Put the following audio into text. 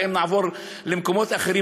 ואם נעבור למקומות אחרים,